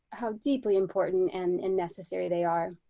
how deeply important and and necessary they are.